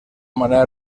manera